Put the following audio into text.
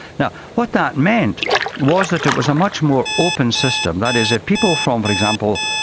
yeah what that meant was that it was a much more open system. that is, if people, for um but example,